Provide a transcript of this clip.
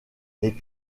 les